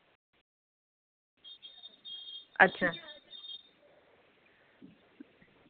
अच्छा